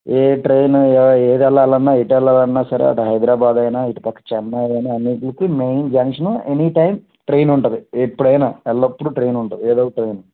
ఏ train ఏది వెళ్ళాలన్నా ఎటు వెళ్ళాలన్న సరే అటు హైదరాబాద్ అయిన ఇటు పక్క చెన్నై అయిన అన్నింటికి main junction any time train ఉంటుంది ఎప్పుడైన ఎల్లప్పుడు ట్రైన్ ఉంటుంది ఏదో ఒక ట్రైన్